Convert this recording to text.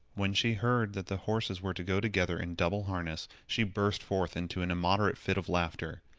when she heard that the horses were to go together in double harness, she burst forth into an immoderate fit of laughter.